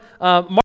mark